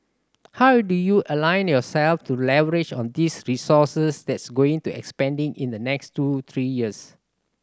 how do you align yourselves to leverage on this resources that's going to expanding in the next two three years